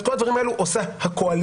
את כל הדברים האלו עושה הקואליציה,